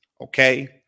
okay